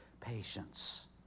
patience